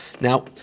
Now